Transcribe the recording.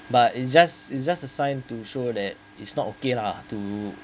but it's just it's just a sign to show that it's not okay lah to